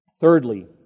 thirdly